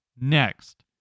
Next